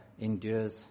endures